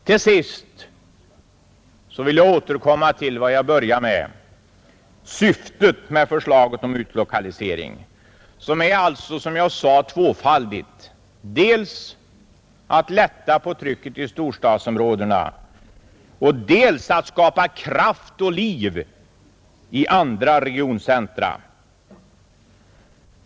Till sist vill jag återkomma till vad jag började med: syftet med förslaget om utlokalisering. Det är, som jag sade, tvåfaldigt — dels att lätta på trycket i storstadsområdena, dels att skapa kraft och liv i andra regioncentra.